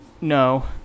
no